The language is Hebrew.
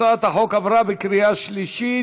הצעת החוק עברה בקריאה שלישית